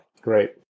Great